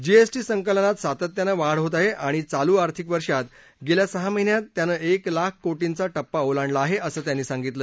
GST संकलनात सातत्यानं वाढ होत आहे आणि चालू आर्थिक वर्षात गेल्या सहा महिन्यात त्यानं एक लाख कोटींचा टप्पा ओलांडला आहे असं त्यांनी सांगितलं